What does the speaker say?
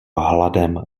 hladem